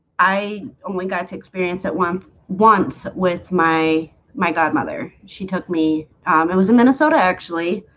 i only got to experience at one once with my my godmother she took me it was in minnesota actually